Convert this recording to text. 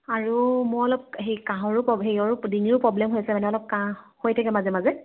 আৰু মোৰ অলপ সেই কাঁহৰো সেই আৰু ডিঙিৰো প্ৰ'ব্লেম হৈছে মানে অলপ কাঁহ হৈ থাকে মাজে মাজে